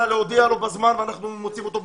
להודיע לו בזמן ואנחנו שאלה שמוצאים אותו.